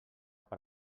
per